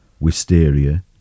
wisteria